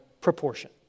proportion